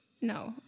No